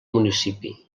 municipi